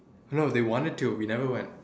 no they wanted to we never went